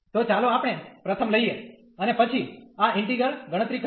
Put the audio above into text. તો ચાલો આપણે પ્રથમ લઈએ અને પછી આ ઈન્ટિગ્રલ ગણતરી કરીએ